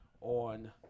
on